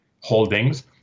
holdings